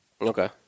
Okay